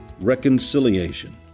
reconciliation